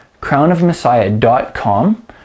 crownofmessiah.com